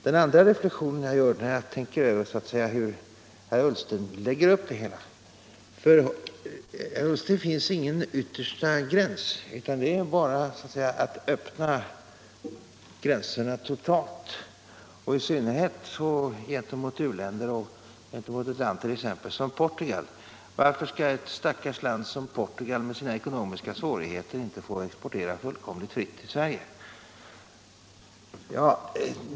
Den andra reflexionen gäller hur herr Ullsten lägger upp det hela. För herr Ullsten finns ingen yttersta gräns, utan det är bara att öppna gränserna totalt och i synnerhet gentemot u-länder och exempelvis Portugal. Varför skalt ett stackars land som Portugal med sina ekonomiska svårigheter inte få exportera fullkomligt fritt till Sverige?